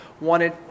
wanted